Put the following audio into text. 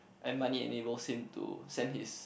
and money enables him to send his